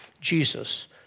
Jesus